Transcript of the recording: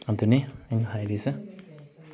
ꯑꯗꯨꯅꯤ ꯑꯩꯅ ꯍꯥꯏꯔꯤꯁꯦ